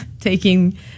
taking